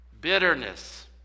bitterness